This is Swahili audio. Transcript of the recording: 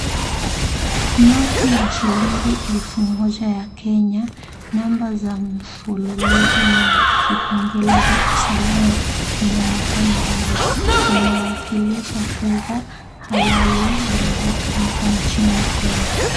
Noti ya shilingi elfu moja ya Kenya, namba za mfululizo na vipengele vya usalama vinaonekana wazi. Inawakilisha fedha halali zinazotumika nchini Kenya.